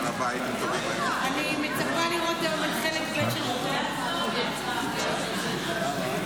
של מי שהורשע או הואשם באלימות כלפי ילדים וחסרי ישע,